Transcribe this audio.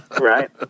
Right